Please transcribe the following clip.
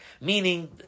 Meaning